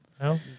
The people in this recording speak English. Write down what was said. No